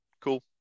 Cool